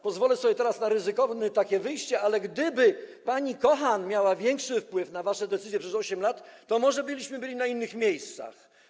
Pozwolę sobie teraz na takie ryzykowne wyjście, ale gdyby pani Kochan miała większy wpływ na wasze decyzje przez 8 lat, to może bylibyśmy w innych miejscach.